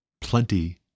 plenty